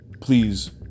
please